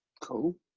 Cool